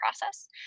process